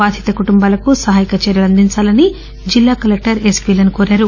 బాధిత కుటుంబాలకు సహాయక చర్యలు అందిందాలని జిల్లా కలెక్టర్ ఎస్పీలను కోరారు